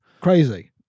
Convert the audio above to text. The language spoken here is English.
Crazy